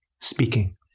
speaking